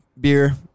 beer